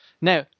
Now